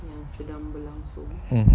mmhmm